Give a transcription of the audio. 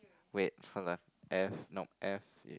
wait hold on wait F nope F